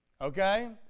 okay